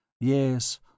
Yes